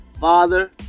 father